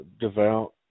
devout